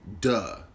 duh